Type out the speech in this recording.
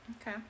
okay